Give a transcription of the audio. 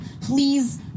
Please